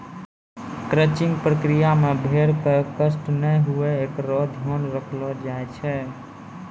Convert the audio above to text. crutching प्रक्रिया मे भेड़ क कष्ट नै हुये एकरो ध्यान रखलो जाय छै